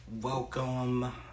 welcome